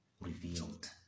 revealed